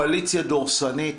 קואליציה דורסנית,